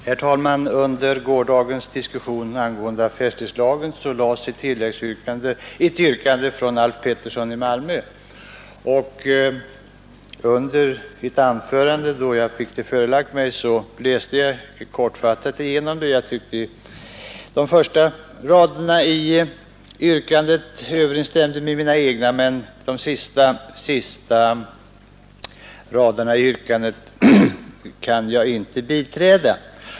Herr talman! Under gårdagens diskussion angående affärstidslagen lades ett yrkande av herr Alf Pettersson i Malmö. Det blev mig förelagt under ett anförande, och då läste jag hastigt igenom det. Jag tyckte de första raderna i yrkandet överensstämde med mitt eget, men de sista raderna i yrkandet kan jag inte biträda.